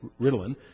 Ritalin